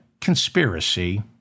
conspiracy